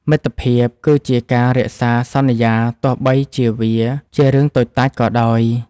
មិត្តភាពគឺជាការរក្សាសន្យាទោះបីជាវាជារឿងតូចតាចក៏ដោយ។